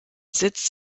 sitz